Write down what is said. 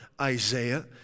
Isaiah